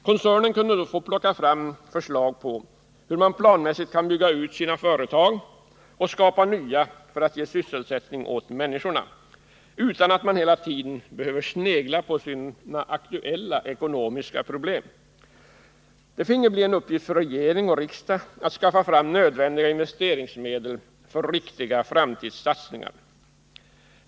Koncernen kunde då plocka fram förslag på hur man planmässigt kan bygga ut sina företag och skapa nya för att ge sysselsättning åt människorna, utan att man hela tiden behövde snegla på sina aktuella ekonomiska problem. Det finge bli en uppgift för regering och riksdag att skaffa fram nödvändiga investeringsmedel för riktiga framtidssatsningar.